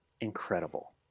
incredible